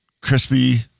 crispy